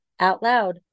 OUTLOUD